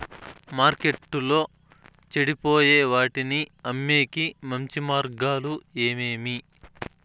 మార్కెట్టులో చెడిపోయే వాటిని అమ్మేకి మంచి మార్గాలు ఏమేమి